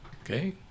Okay